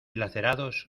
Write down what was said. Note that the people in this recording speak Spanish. lacerados